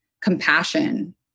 compassion